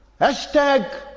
Hashtag